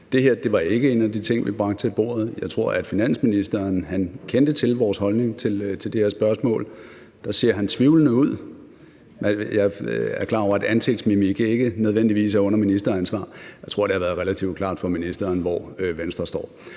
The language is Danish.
det her var ikke en af de ting, vi bragte til bordet. Jeg tror, at finansministeren kendte til vores holdning til det her spørgsmål. Han ser tvivlende ud; jeg er klar over, at ansigtsmimik ikke nødvendigvis er under ministeransvar. Jeg tror, det har været relativt klart for ministeren, hvor Venstre står.